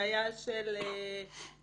בעיה של פחד,